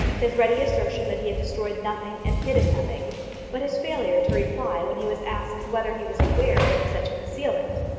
his ready assertion that he had destroyed nothing and hidden nothing but his failure to reply when he was asked whether he was aware of any such concealment.